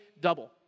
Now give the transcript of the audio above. double